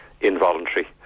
involuntary